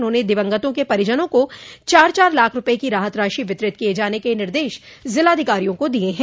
उन्होंने दिवंगतों के परिजनों को चार चार लाख रूपये की राहत राशि वितरित किये जाने के निर्देश जिलाधिकारियों को दिये हैं